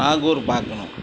நாகூர் பார்க்கணும்